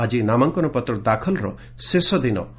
ଆଜି ନାମାଙ୍କନପତ୍ର ଦାଖଲର ଶେଷ ଦିବସ